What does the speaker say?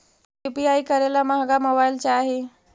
हम यु.पी.आई करे ला महंगा मोबाईल चाही?